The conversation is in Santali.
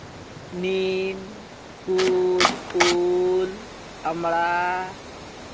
ᱱᱤᱢ ᱠᱩᱫ ᱩᱞ ᱟᱢᱲᱟ